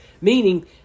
meaning